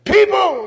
People